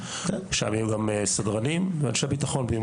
עם סדרנים ואנשי ביטחון.